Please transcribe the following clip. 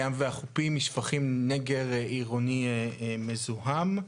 הים והחופים משפכים נגר עירוני מזוהם.